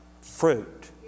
fruit